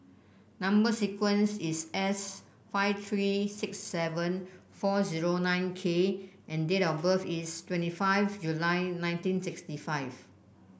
number sequence is S five three six seven four zero nine K and date of birth is twenty five July nineteen sixty five